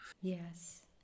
yes